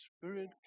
spirit